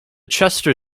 chester